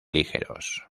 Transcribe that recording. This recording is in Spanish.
ligeros